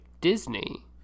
Disney